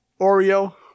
Oreo